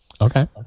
Okay